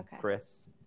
Chris